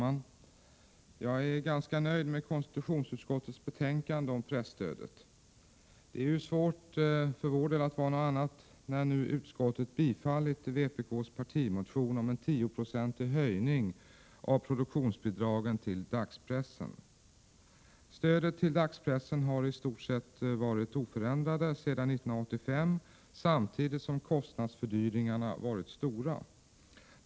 Herr talman! Jag är ganska nöjd med konstitutionsutskottets betänkande om presstödet. Det är ju svårt för vår del att vara annat, när nu utskottet har biträtt vpk:s partimotion om en 10-procentig höjning av produktionsbidragen till dagspressen. Stödet till dagspressen har i stort sett varit oförändrat sedan 1985 samtidigt som kostnadsfördyringarna varit stora.